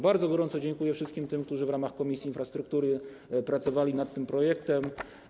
Bardzo gorąco dziękuję wszystkim tym, którzy w ramach Komisji Infrastruktury pracowali nad tym projektem.